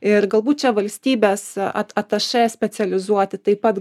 ir galbūt čia valstybės at atašė specializuoti taip pat